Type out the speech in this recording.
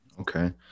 Okay